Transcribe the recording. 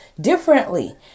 differently